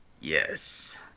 Yes